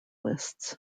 lists